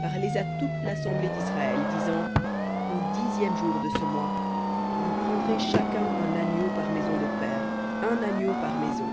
parlez à toute l'assemblée d'israël disant au dixième de ce mois vous prendrez chacun un agneau par maison de père un agneau par maison